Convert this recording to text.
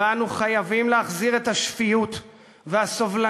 ואנו חייבים להחזיר את השפיות והסובלנות